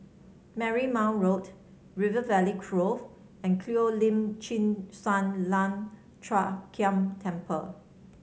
Marymount Road River Valley Grove and Cheo Lim Chin Sun Lian Hup Keng Temple